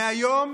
מהיום